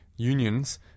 unions